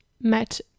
met